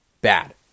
Bad